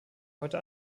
heute